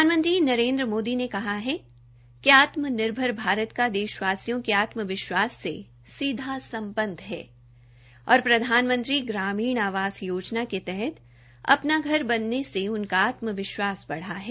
प्रधानमंत्री नरेन्द्र मोदी ने कहा है कि आत्मनिर्भर भारत का देशवासियों के आत्म विश्वास से सीधा सम्बध है और प्रधानमंत्री ग्रामीण आवास योजना तहत अपना घर बनने मे उनका आत्मविश्वास बढ़ा है